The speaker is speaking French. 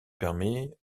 permet